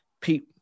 Pete